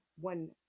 one